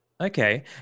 Okay